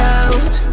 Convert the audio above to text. out